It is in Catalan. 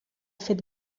fet